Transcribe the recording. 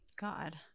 god